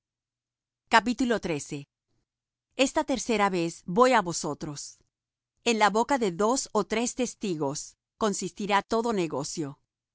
han cometido esta tercera vez voy á vosotros en la boca de dos ó de tres testigos consistirá todo negocio